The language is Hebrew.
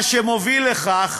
מה שמוביל לכך